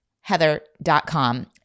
heather.com